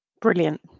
Brilliant